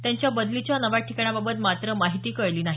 त्यांच्या बदलीच्या नव्या ठिकाणाबाबत मात्र माहिती कळली नाही